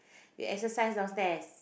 you exercise downstairs